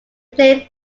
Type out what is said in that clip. played